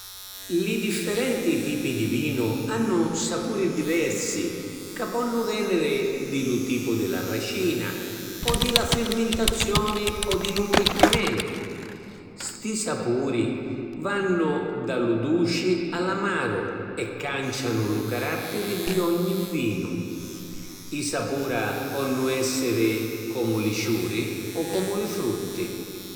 Li differenti tipi di vinu hannu sapuri diversi ca ponnu veniri di lu tipu di la racina o di la firmintazioni o di lu nvicchiamentu. Sti sapuri vannu da lu duci a l’amaru e cancianu lu carattiri di ogni vinu. I sapura ponnu essiri comu li ciuri o comu li frutti.